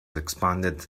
expanded